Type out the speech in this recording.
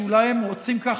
שאולי הם רוצים,